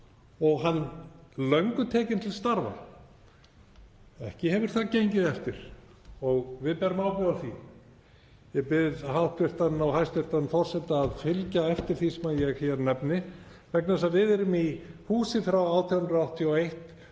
og hann löngu tekinn til starfa. Ekki hefur það gengið eftir og við berum ábyrgð á því. Ég bið hæstv. forseta að fylgja eftir því sem ég hér nefni vegna þess að við erum í húsi frá 1881